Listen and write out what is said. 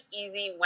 easy